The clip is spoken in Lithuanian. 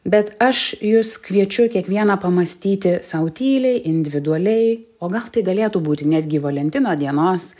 bet aš jus kviečiu kiekvieną pamąstyti sau tyliai individualiai o gal tai galėtų būti netgi valentino dienos